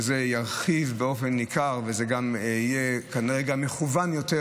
וזה ירחיב באופן ניכר וזה גם כנראה יהיה גם מכוון יותר.